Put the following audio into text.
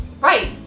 right